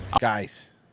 Guys